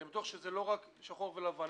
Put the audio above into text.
אני בטוח שזה לא שחור לבן.